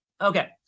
okay